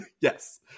yes